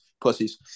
Pussies